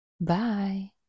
bye